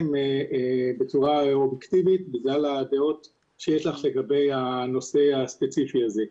בצורה אובייקטיבית בגלל הדעות שיש לך לגבי הנושא הספציפי הזה.